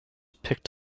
picked